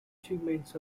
achievements